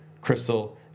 Crystal